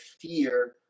fear